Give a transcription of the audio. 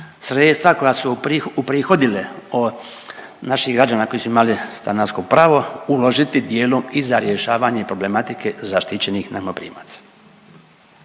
sredstva koja su uprihodile od naših građana koji su imali stanarsko pravo uložiti dijelom i za rješavanje problematike zaštićenih najmoprimaca.